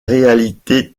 réalité